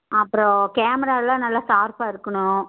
அப்புறம் கேமராலாம் நல்லா ஷார்ப்பாக இருக்கணும்